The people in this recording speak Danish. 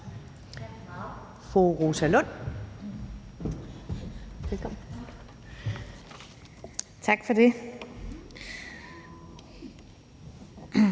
Tak for det.